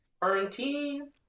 Quarantine